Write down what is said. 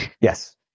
Yes